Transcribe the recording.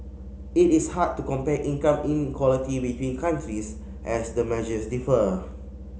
it is hard to compare income inequality between countries as the measures differ